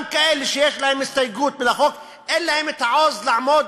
גם כאלה שיש להם הסתייגות מהחוק אין להם את העוז לעמוד